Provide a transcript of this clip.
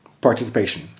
participation